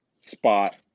spot